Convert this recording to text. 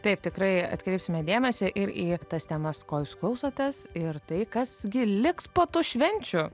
taip tikrai atkreipsime dėmesį ir į tas temas ko jūs klausotės ir tai kas gi liks po tų švenčių